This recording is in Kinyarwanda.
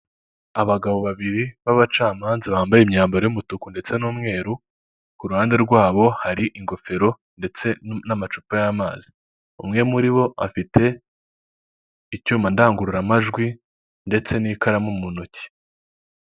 Abagabo babiri b'abacamanza bambaye imyambaro y'umutuku ndetse n'umweru ku ruhande rwabo hari ingofero ndetse n'amacupa y'amazi umwe muri bo afite icyuma ndangururamajwi ndetse n'ikaramu mu ntoki .